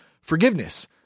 forgiveness